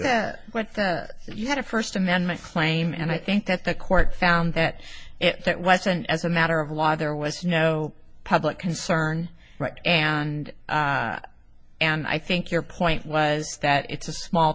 that what you had a first amendment claim and i think that the court found that it wasn't as a matter of law there was no public concern and and i think your point was that it's a small